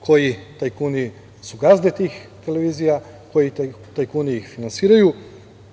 koji tajkuni su gazde tih televizija, koji tajkuni ih finansiraju,